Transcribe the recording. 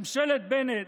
ממשלת בנט,